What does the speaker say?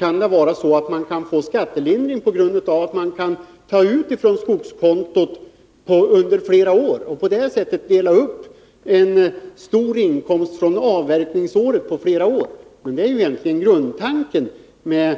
Man kan naturligtvis få en skattelindring genom att göra uttag från skogskontot under flera år, så att en stor inkomst från avverkningsåret delas upp på flera år. Det är grundtanken med